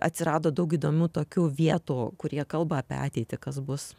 atsirado daug įdomių tokių vietų kur jie kalba apie ateitį kas bus